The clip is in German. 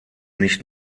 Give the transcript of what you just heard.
nicht